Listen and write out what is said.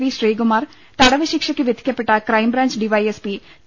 V Sreekumar തടവ് ശിക്ഷയ്ക്ക് വിധിക്കപ്പെട്ട crime branch D Y S P T